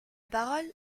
parole